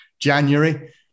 January